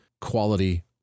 quality